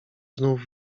znów